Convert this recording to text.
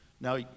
Now